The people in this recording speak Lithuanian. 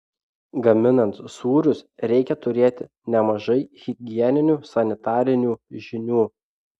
gaminant sūrius reikia turėti nemažai higieninių sanitarinių žinių